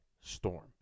storm